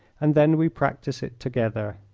and then we practise it together.